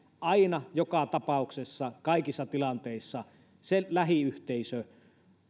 aina joka tapauksessa kaikissa tilanteissa se lähiyhteisö